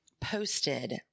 posted